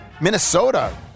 Minnesota